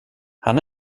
han